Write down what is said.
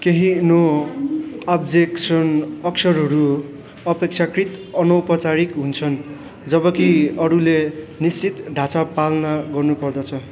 केही no objection अक्षरहरू अपेक्षाकृत अनौपचारिक हुन्छन् जबकि अरूले निश्चित ढाँचा पालना गर्नु पर्दछ